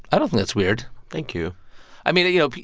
i don't think that's weird thank you i mean, you know,